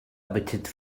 appetit